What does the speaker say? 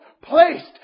placed